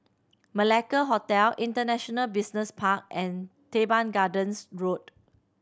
Malacca Hotel International Business Park and Teban Gardens Road